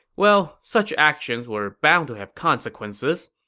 well, such actions were bound to have consequences,